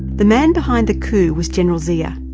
the man behind the coup was general zia,